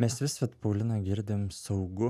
mes vis vat paulina girdim saugu